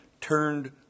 turned